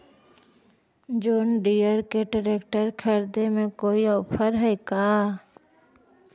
जोन Deere के tractor खरिदे में कोई औफर है का?